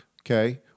okay